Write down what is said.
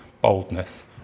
boldness